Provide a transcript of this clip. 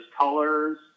colors